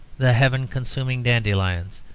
the heaven-consuming dandelions,